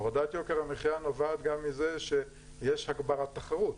הורדת יוקר המחיה נובעת גם מזה שיש הגברת תחרות,